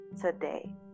today